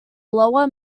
lower